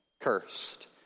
cursed